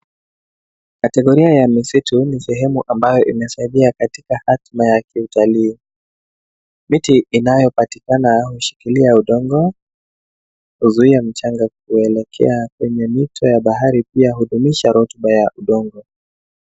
Kategoria ya misitu ni sehemu ambayo imesalia katika hafla ya kiutalii, mti inayopatikana hushikilia udongo kuzuia mchanga kuelekea kwenye mto wa bahari pia uhudumisha rotuba ya udongo.